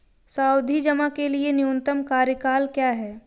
सावधि जमा के लिए न्यूनतम कार्यकाल क्या है?